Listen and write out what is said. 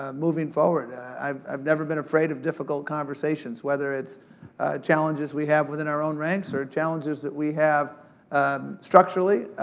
ah moving forward. i've i've never been afraid of difficult conversations, whether it's challenges we have within our own ranks, or challenges that we have structurally.